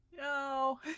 No